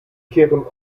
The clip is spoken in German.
kehren